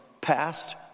past